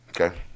okay